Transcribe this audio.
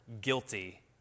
guilty